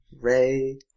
Ray